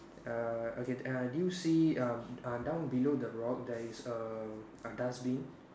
err okay err do you see um um down below the rock there is a a dustbin